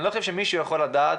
אני חושב שאין מישהו שיכול לדעת.